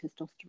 testosterone